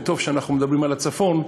וטוב שאנחנו מדברים על הצפון,